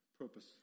purpose